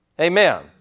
Amen